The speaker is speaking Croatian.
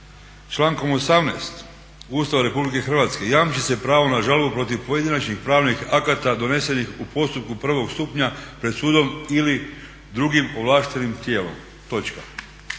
Člankom 18. Ustava RH jamči se pravo na žalbu protiv pojedinačnih pravnih akata donesenih u postupku prvog stupnja pred sudom ili drugim ovlaštenim tijelom,